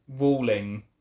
ruling